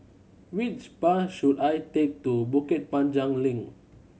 which bus should I take to Bukit Panjang Link